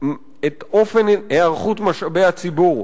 את אופן היערכות משאבי הציבור,